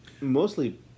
mostly